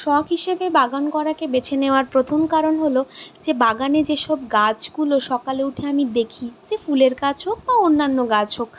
শখ হিসেবে বাগান করাকে বেছে নেওয়ার প্রথম কারণ হল যে বাগানে যেসব গাছগুলো সকালে উঠে আমি দেখি সে ফুলের গাছ হোক বা অন্যান্য গাছ হোক